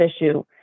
issue